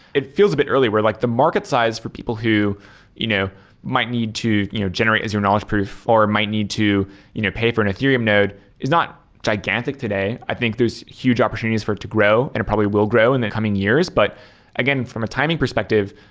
it feels a bit early where like the market size for people who you know might need to you know generate as your knowledge pretty far might need to you know pay for an ethereum node is not gigantic today. i think there're huge opportunities for it to grow and it probably will grow in the coming years. but again, from a timing perspective,